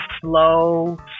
slow